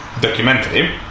documentary